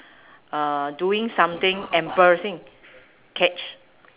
uh doing something embarrassing catch